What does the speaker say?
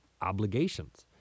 obligations